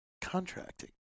Contracting